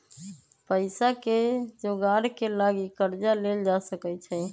पइसाके जोगार के लागी कर्जा लेल जा सकइ छै